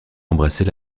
embrasser